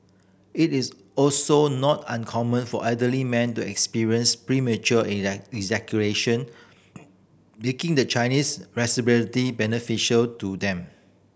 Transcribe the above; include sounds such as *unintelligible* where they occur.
it is also not uncommon for elderly men to experience premature *unintelligible* making the Chinese *unintelligible* beneficial to them